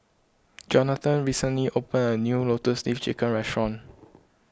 Johnathon recently opened a new Lotus Leaf Chicken Restaurant